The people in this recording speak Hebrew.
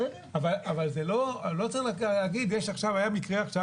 אבל בגלל שהיה מקרה עכשיו,